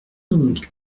donc